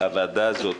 הוועדה הזאת